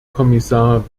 kommissar